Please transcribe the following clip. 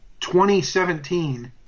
2017